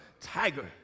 Tiger